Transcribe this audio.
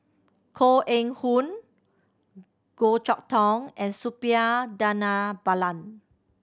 Koh Eng Hoon Goh Chok Tong and Suppiah Dhanabalan